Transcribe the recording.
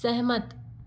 सहमत